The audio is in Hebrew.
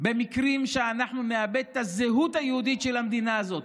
במקרה שאנחנו נאבד את הזהות של המדינה הזאת,